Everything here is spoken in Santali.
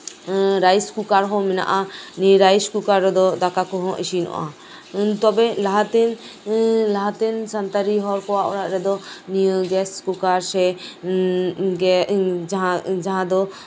ᱨᱟᱭᱤᱥ ᱠᱩᱠᱟᱨ ᱦᱚᱸ ᱢᱮᱱᱟᱜᱼᱟ ᱱᱤᱭᱟᱹ ᱨᱟᱭᱤᱥ ᱠᱩᱠᱟᱨ ᱨᱮᱫᱚ ᱫᱟᱠᱟ ᱠᱚ ᱤᱥᱤᱱᱚᱜᱼᱟ ᱛᱚᱵᱮ ᱞᱟᱛᱮ ᱞᱟᱛᱮ ᱥᱟᱱᱛᱟᱲᱤ ᱦᱚᱲ ᱠᱚᱣᱟᱜ ᱚᱲᱟᱜ ᱨᱮᱫᱚ ᱱᱤᱭᱟᱹ ᱜᱮᱥ ᱠᱩᱠᱟᱨ ᱥᱮ ᱡᱟᱦᱟᱸ ᱡᱟᱦᱟᱸ ᱫᱚ